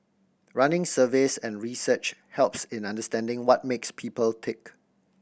running surveys and research helps in understanding what makes people tick